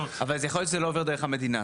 אבל יכול להיות שזה לא עובר דרך המדינה.